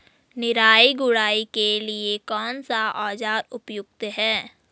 निराई गुड़ाई के लिए कौन सा औज़ार उपयुक्त है?